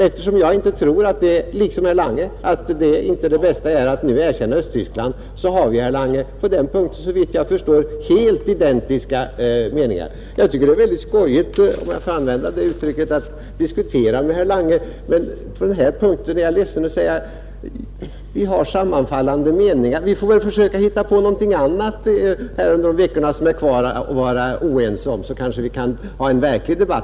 Eftersom jag, liksom herr Lange, inte tror att det bästa är att nu erkänna Östtyskland har vi på den punkten såvitt jag förstår helt identiska meningar. Jag tycker det är väldigt skojigt — om jag får använda det uttrycket — att diskutera med herr Lange, men på den här punkten är jag ledsen att behöva säga att vi har sammanfallande meningar, Vi får väl försöka hitta något annat under de veckor som är kvar att vara oense om, så kanske vi kan få en verklig debatt.